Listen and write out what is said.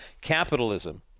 capitalism